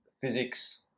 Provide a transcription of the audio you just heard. physics